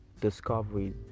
discovery